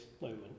moment